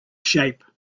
shape